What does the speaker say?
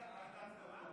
לרשותך.